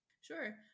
Sure